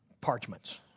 parchments